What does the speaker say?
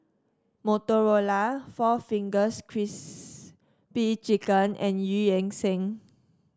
Motorola four Fingers Crispy Chicken and Eu Yan Sang